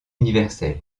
universel